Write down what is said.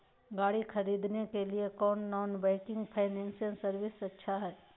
गाड़ी खरीदे के लिए कौन नॉन बैंकिंग फाइनेंशियल सर्विसेज अच्छा है?